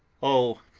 oh,